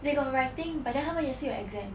they got writing but then 他们也是有 exam